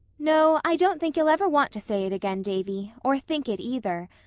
no, i don't think you'll ever want to say it again, davy or think it, either.